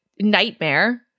nightmare